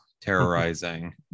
terrorizing